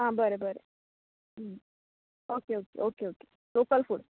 आं बरें बरें okay okay okay local food